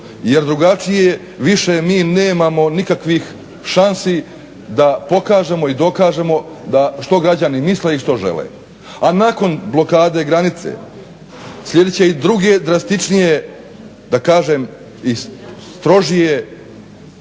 jer drugačije više mi nemamo nikakvih šansi da pokažemo i dokažemo što građani misle i što žele. A nakon blokade granice slijedit će i druge drastičnije da kažem i strožije